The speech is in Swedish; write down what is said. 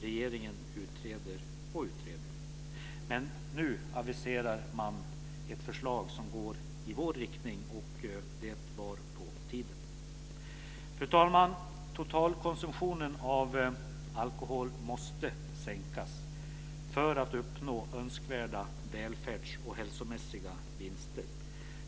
Regeringen utreder och utreder. Nu aviserar man ett förslag som går i vår riktning, och det var på tiden. Fru talman! Totalkonsumtionen av alkohol måste sänkas för att vi ska uppnå önskvärda välfärds och hälsomässiga vinster.